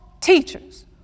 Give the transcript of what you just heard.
teachers